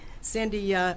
Sandy